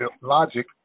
Logic